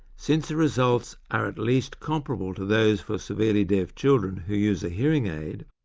since the results are at least comparable to those for severely deaf children who use a hearing aid,